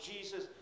Jesus